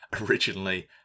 Originally